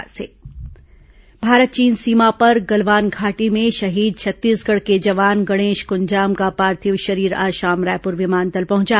शहीद जवान श्रद्वांजलि भारत चीन सीमा पर गलवान घाटी में शहीद छत्तीसगढ़ के जवान गणेश कुंजाम का पार्थिव शरीर आज शाम रायपुर विमानतल पहुंचा